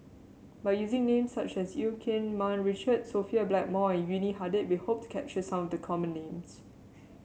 by using names such as Eu Keng Mun Richard Sophia Blackmore and Yuni Hadi we hope to capture some of the common names